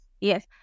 Yes